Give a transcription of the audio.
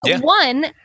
one